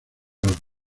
los